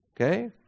Okay